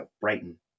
Brighton